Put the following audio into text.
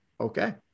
Okay